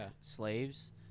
slaves